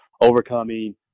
overcoming